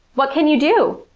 what can you do?